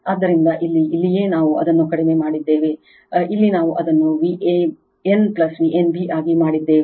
ಆದ್ದರಿಂದ ಇಲ್ಲಿ ಇಲ್ಲಿಯೇ ನಾವು ಅದನ್ನು ಕಡಿಮೆ ಮಾಡಿದ್ದೇವೆ ಇಲ್ಲಿ ನಾವು ಅದನ್ನುVan V n b ಆಗಿ ಮಾಡಿದ್ದೇವೆ